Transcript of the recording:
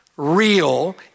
Real